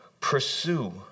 pursue